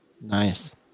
nice